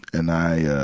and i, yeah